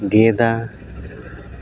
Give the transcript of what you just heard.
ᱜᱮᱫᱟ